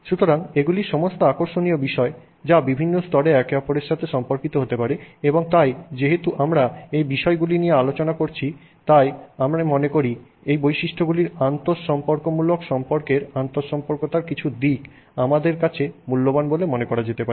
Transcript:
সুতরাং এগুলি সমস্ত আকর্ষণীয় বিষয় যা বিভিন্ন স্তরে একে অপরের সাথে সম্পর্কিত হতে পারে এবং তাই যেহেতু আমরা এই বিষয়গুলি নিয়ে আলোচনা পড়েছি তাই আমি মনে করি যে এই বৈশিষ্ট্যগুলির আন্তঃসম্পর্কমূলক সম্পর্কের আন্তঃসম্পর্কতার কিছু দিক আমাদের কাছে মূল্যবান বলে মনে করা যেতে পারে